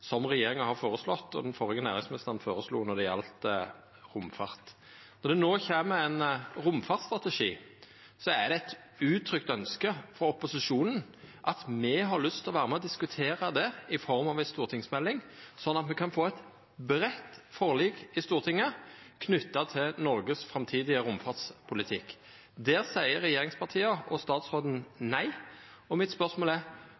som regjeringa og den førre næringsministeren har føreslått når det gjeld romfart. Når det no kjem ein romfartsstrategi, er det eit uttrykt ønske frå opposisjonen at me får vera med og diskutera det i form av ei stortingsmelding, sånn at me kan få eit breitt forlik i Stortinget knytt til Noregs framtidige romfartspolitikk. Der seier regjeringspartia og statsråden nei, og spørsmålet mitt er: